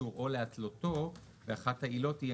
הסעיף הזה עניינו ביטול או התלייה של אישור,